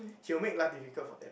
he will make life difficult for them